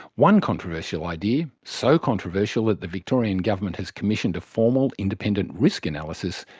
one controversial idea, so controversial that the victorian government has commissioned a formal independent risk analysis,